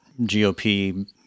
GOP